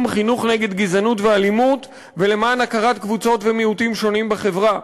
חינוך נגד גזענות ואלימות ולמען הכרת קבוצות ומיעוטים שונים בחברה,